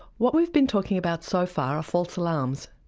what we've been talking about so far are false alarms.